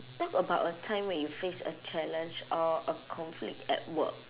talk about a time where you faced a challenge or a conflict at work